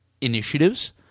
initiatives